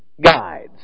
guides